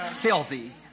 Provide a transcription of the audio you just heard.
Filthy